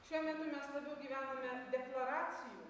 šiuo metu mes labiau gyvename deklaracijų